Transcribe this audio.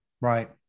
Right